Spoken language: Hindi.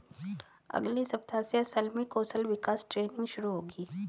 अगले सप्ताह से असम में कौशल विकास ट्रेनिंग शुरू होगी